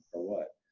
or what.